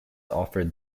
offered